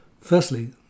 Firstly